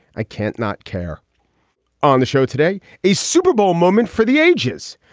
i can't not care on the show today. a super bowl moment for the ages.